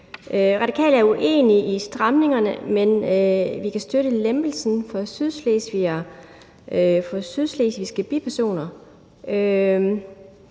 Radikale er uenig i stramningerne, men vi kan støtte lempelsen for sydslesvigske bipersoner.